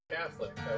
Catholic